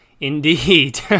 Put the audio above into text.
Indeed